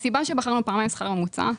הסיבה שבחרנו פעמיים שכר ממוצע.